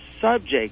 subject